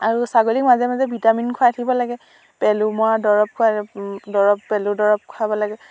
আৰু ছাগলীক মাজে মাজে ভিটামিন খুৱাই থাকিব লাগে পেলু মৰা দৰৱ খুৱাই দৰৱ পেলুৰ দৰৱ খুৱাব লাগে